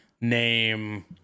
name